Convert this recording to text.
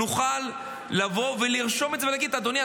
נוכל לבוא ולרשום את זה ולהגיד: אדוני,